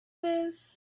this